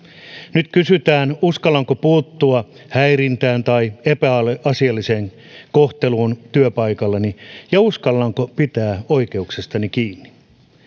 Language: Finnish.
nyt kysytään uskallanko puuttua häirintään tai epäasialliseen kohteluun työpaikallani ja uskallanko pitää oikeuksistani kiinni